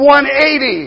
180